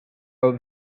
out